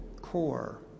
core